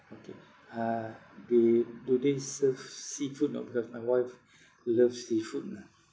okay uh they do they serve seafood or not because my wife love seafood ah